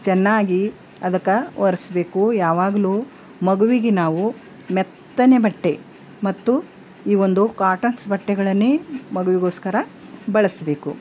ಚೆನ್ನಾಗಿ ಅದನ್ನ ಒರೆಸ್ಬೇಕು ಯಾವಾಗಲು ಮಗುವಿಗೆ ನಾವು ಮೆತ್ತನೆ ಬಟ್ಟೆ ಮತ್ತು ಈ ಒಂದು ಕಾಟನ್ಸ್ ಬಟ್ಟೆಗಳನ್ನೇ ಮಗುವಿಗೋಸ್ಕರ ಬಳಸಬೇಕು